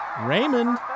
Raymond